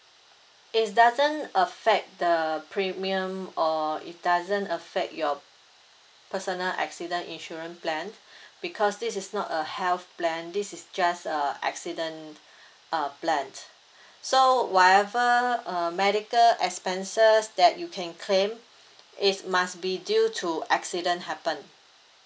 it doesn't affect the premium or it doesn't affect your personal accident insurance plan because this is not a health plan this is just a accident uh plan so whatever uh medical expenses that you can claim it's must be due to accident happen